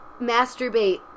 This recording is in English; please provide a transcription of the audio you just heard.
Masturbate